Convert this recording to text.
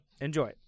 Enjoy